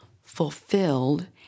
fulfilled